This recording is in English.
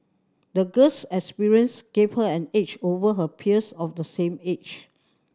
the girl's experience gave her an edge over her peers of the same age